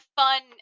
fun